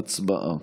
הצבעה.